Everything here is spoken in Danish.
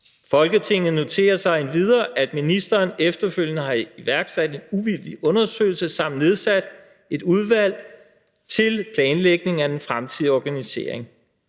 Folketinget noterer sig endvidere, at ministeren efterfølgende har iværksat en uvildig undersøgelse samt nedsat et udvalg til planlægning af den fremtidige organisering.